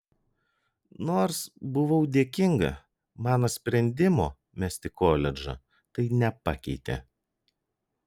nors buvau dėkinga mano sprendimo mesti koledžą tai nepakeitė